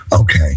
Okay